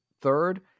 Third